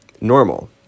normal